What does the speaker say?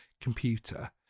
computer